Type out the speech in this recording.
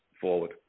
forward